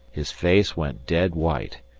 his face went dead white,